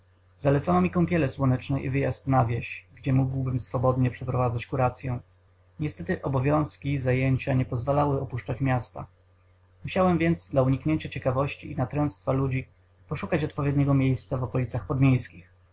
zalecono mi kąpiele słoneczne i wyjazd na wieś gdzie mógłbym swobodnie przeprowadzić kuracyę niestety obowiązki zajęcia nie pozwalały opuszczać miasta musiałem więc dla uniknięcia ciekawości i natręctwa ludzi poszukać odpowiedniego miejsca w okolicach podmiejskich